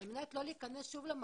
על מנת לא להיכנס שוב למערבולת?